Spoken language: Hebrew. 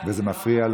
וזה מפריע,